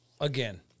again